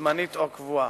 זמנית או קבועה.